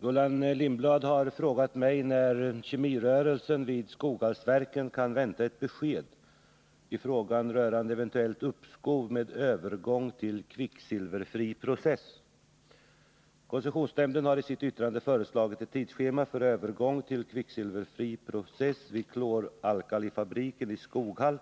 Herr talman! Gullan Lindblad har frågat mig när kemirörelsen vid Skoghallsverken kan vänta ett besked i frågan rörande eventuellt uppskov med övergång till kvicksilverfri process. Koncessionsnämnden har i sitt yttrande föreslagit ett tidschema för övergång till kvicksilverfri process vid kloralkaliefabriken i Skoghall